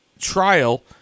trial